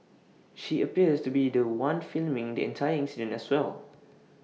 she appears to be The One filming the entire incident as well